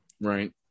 Right